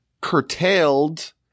curtailed